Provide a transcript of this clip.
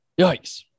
Yikes